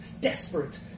desperate